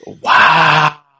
Wow